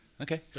Okay